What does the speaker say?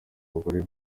abagore